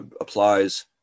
applies